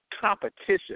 competition